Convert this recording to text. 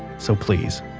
so please,